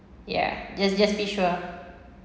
ya just just be sure